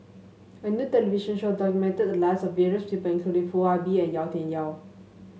a new television show documented the lives of various people including Foo Ah Bee and Yau Tian Yau